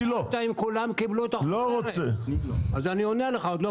לאורך כמה שעות שביקשתם,